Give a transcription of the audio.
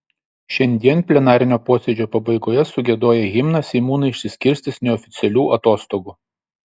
šiandien plenarinio posėdžio pabaigoje sugiedoję himną seimūnai išsiskirstys neoficialių atostogų